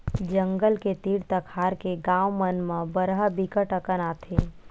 जंगल के तीर तखार के गाँव मन म बरहा बिकट अकन आथे